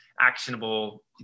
actionable